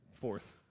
fourth